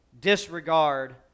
disregard